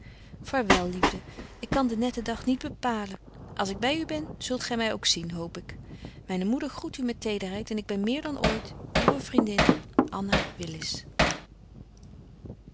vaarwel liefde ik kan den netten dag niet bepalen als ik by u ben zult gy my ook nog zien hoop ik myne moeder groet u met tederheid en ik ben meer dan ooit uwe vriendin